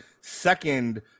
second